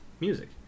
music